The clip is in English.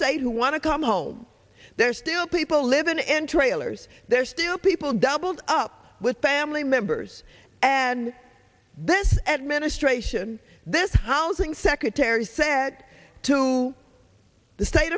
state who want to come home there are still people who live in n trailers there are still people doubled up with family members and this administration this housing secretary said to the state